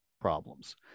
problems